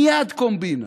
מייד קומבינה.